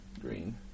green